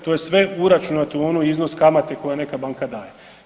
To je sve uračunato u onaj iznos kamate koje neka banka daje.